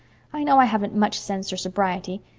i know i haven't much sense or sobriety,